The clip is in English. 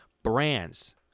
Brands